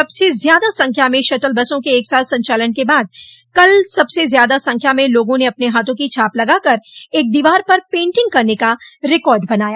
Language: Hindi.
सबसे ज्यादा संख्या में शटल बसों के एक साथ संचालन के बाद कल सबसे ज्यादा संख्या में लोगों ने अपने हाथों की छाप लगाकर एक दीवार पर पेंटिंग करने का रिकॉर्ड बनाया